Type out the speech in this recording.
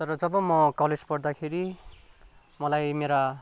तर जब म कलेज पढ्दाखेरि मलाई मेरा